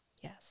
Yes